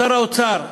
שר האוצר,